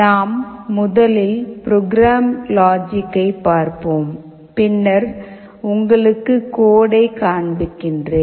நாம் முதலில் ப்ரோக்ராம் லாஜிக்கை பார்ப்போம் பின்னர் உங்களுக்கு கோடை காண்பிக்கிறேன்